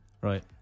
right